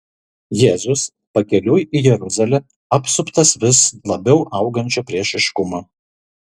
jėzus pakeliui į jeruzalę apsuptas vis labiau augančio priešiškumo